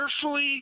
carefully